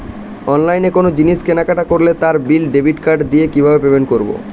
অনলাইনে কোনো জিনিস কেনাকাটা করলে তার বিল ডেবিট কার্ড দিয়ে কিভাবে পেমেন্ট করবো?